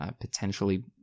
potentially